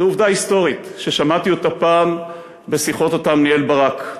עובדה היסטורית ששמעתי פעם בשיחות שניהל ברק: